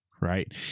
right